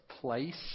place